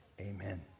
amen